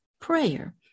prayer